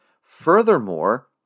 Furthermore